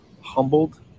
humbled